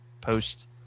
post